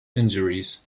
injuries